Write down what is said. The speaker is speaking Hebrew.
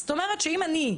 זאת אומרת שאם אני,